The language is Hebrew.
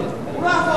הוא לא יכול.